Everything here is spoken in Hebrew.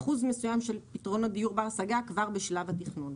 אחוז מסוים של פתרון דיור בר השגה כבר בשלב התכנון.